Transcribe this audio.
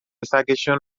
سگشون